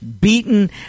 beaten